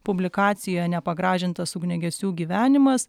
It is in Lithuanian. publikacijo nepagražintas ugniagesių gyvenimas